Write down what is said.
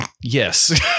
Yes